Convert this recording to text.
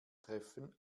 treffen